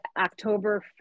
October